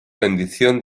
bendición